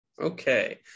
Okay